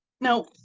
now